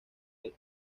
del